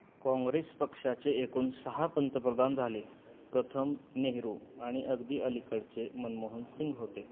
काँग्रेस पक्षाचे एकूण सहा पंतप्रधान झाले प्रथम नेहरू आणि अगदी अलीकडचे मनमोहन सिंग होते